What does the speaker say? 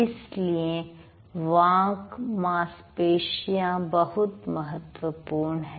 इसलिए वाक् मांसपेशियां बहुत महत्वपूर्ण हैं